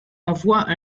envoie